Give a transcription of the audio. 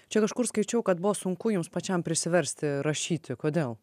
čia kažkur skaičiau kad buvo sunku jums pačiam prisiversti rašyti kodėl